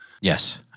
Yes